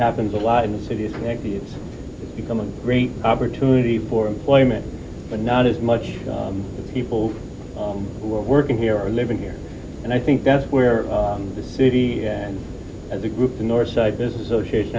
happens a lot in the city is connect the it's become a great opportunity for employment but not as much as people who are working here are living here and i think that's where the city and as a group the north side business association